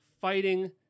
fighting